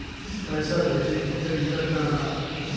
पैसा भेजे के तरीका का बा?